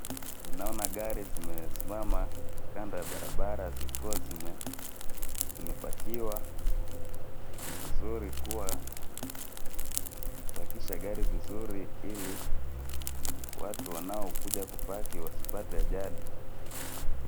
Ninaona gari zimesimama kando ya barabara zikiwa zimepakiwa na ni vizuri kuwa wamepakisha gari vizuri ili watu wanaokuja kupaki wasipate ajali.